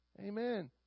Amen